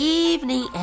evening